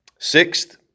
Sixth